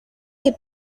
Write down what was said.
que